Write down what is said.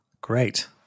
Great